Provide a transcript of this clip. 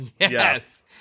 Yes